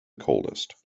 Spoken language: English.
coldest